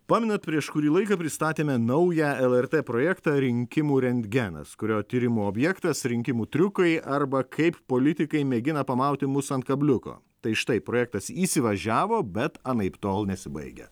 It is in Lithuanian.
pamenat prieš kurį laiką pristatėme naują lrt projektą rinkimų rentgenas kurio tyrimų objektas rinkimų triukai arba kaip politikai mėgina pamauti mus ant kabliuko tai štai projektas įsivažiavo bet anaiptol nesibaigia